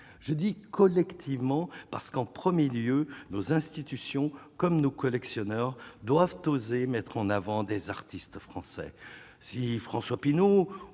je dis collectivement parce qu'en 1er lieu nos institutions comme nos collectionneurs doivent oser mettre en avant des artistes français si François Pinault